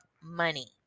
money